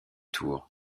tour